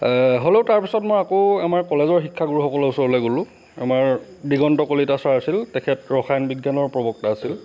হ'লেও তাৰপিছত মই আকৌ আমাৰ কলেজৰ শিক্ষাগুৰুসকলৰ ওচৰলৈ গ'লোঁ আমাৰ দিগন্ত কলিতা ছাৰ আছিল তেখেত ৰসায়ন বিজ্ঞানৰ প্ৰবক্তা আছিল